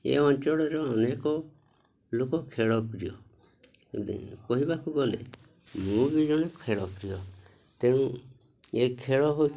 ଏ ଅଞ୍ଚଳରେ ଅନେକ ଲୋକ ଖେଳପ୍ରିୟ କହିବାକୁ ଗଲେ ମୁଁ ବି ଜଣେ ଖେଳପ୍ରିୟ ତେଣୁ ଏ ଖେଳ ହେଉଛି